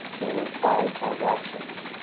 there were five transactions,